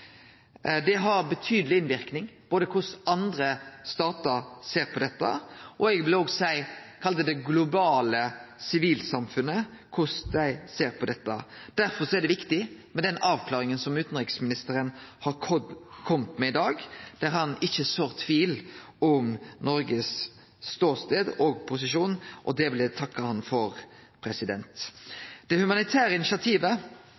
Det har betydeleg innverknad både på korleis andre statar ser på dette, og korleis det eg vil kalle det globale sivilsamfunnet, ser på dette. Derfor er det viktig med den avklaringa som utanriksministeren har kome med i dag, der han ikkje sår tvil om Noregs ståstad og posisjon. Det vil eg takke han for. Det humanitære initiativet